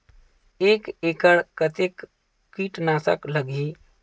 एक एकड़ कतेक किट नाशक लगही?